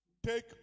take